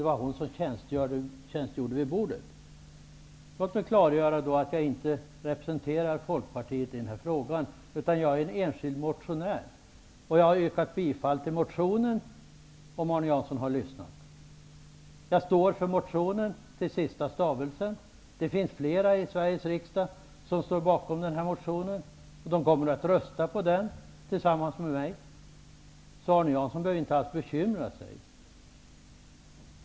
Det var hon som tjänstgjorde vid bordet. Låt mig klargöra att jag inte representerar Folkpartiet i den här frågan, utan att jag är en enskild motionär. Jag har yrkat bifall till motionen. Om Arne Jansson hade lyssnat skulle han ha hört det. Jag står för motionen till sista stavelsen, och det finns fler i Sveriges riksdag som står bakom den. De, tillsammans med mig, kommer att rösta för motionen. Arne Jansson behöver inte alls bekymra sig.